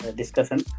discussion